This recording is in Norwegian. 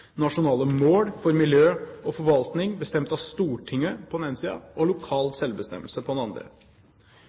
nasjonale mål for miljø og forvaltning bestemt av Stortinget på den ene siden og lokal selvbestemmelse på den andre.